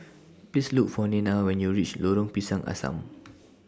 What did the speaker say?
Please Look For Nena when YOU REACH Lorong Pisang Asam